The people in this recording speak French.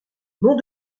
nom